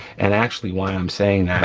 and actually while i'm saying that,